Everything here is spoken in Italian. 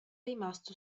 rimasto